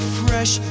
fresh